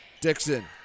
Dixon